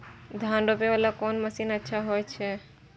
धान रोपे वाला कोन मशीन अच्छा होय छे?